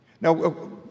Now